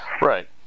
Right